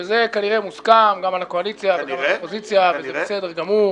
וזה כנראה מוסכם גם על הקואליציה וגם על האופוזיציה וזה בסדר גמור.